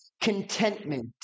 contentment